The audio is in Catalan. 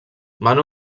van